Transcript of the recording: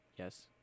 Yes